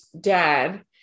dad